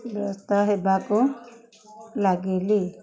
ବ୍ୟସ୍ତ ହେବାକୁ ଲାଗିଲି